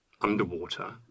underwater